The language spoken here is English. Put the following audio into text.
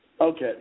Okay